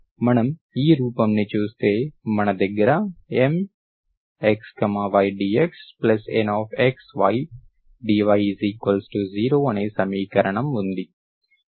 మనం ఈ రూపం ను చూస్తే మన దగ్గర MxydxNxydy0 అనే సమీకరణం ఉంది